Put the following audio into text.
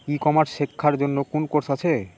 ই commerce শেক্ষার জন্য কোন কোর্স আছে?